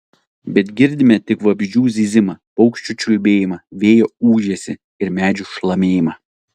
bet girdime tik vabzdžių zyzimą paukščių čiulbėjimą vėjo ūžesį ir medžių šlamėjimą